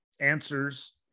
Answers